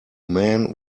man